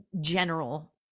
general